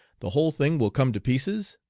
the whole thing will come to pieces?